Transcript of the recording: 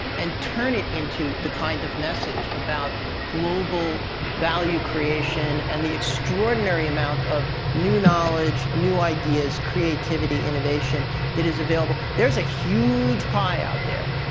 and turn it into the kind of message about global value creation and the extraordinary amount of new knowledge, new ideas, creativity, innovation that is available. there's a huge pie out there.